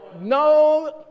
No